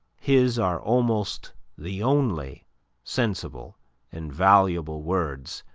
his are almost the only sensible and valuable words,